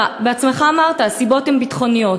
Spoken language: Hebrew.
אתה בעצמך אמרת: הסיבות הן ביטחוניות.